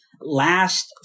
last